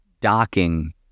docking